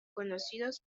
conocidos